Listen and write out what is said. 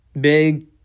big